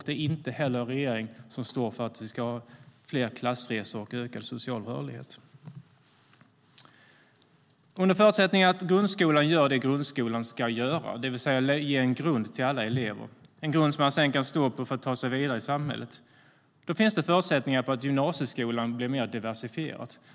Det är inte heller en regering som står för att vi ska ha fler klassresor och ökad social rörlighet. Under förutsättning att grundskolan gör det grundskolan ska göra, det vill säga lägger en grund till alla elever, en grund som man sedan kan stå på för att ta sig vidare i samhället, finns det förutsättningar för att gymnasieskolan blir mer diversifierad.